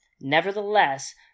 Nevertheless